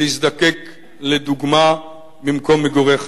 להזדקק לדוגמה ממקום מגוריך,